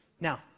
Now